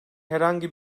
herhangi